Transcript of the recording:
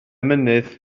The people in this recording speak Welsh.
mynydd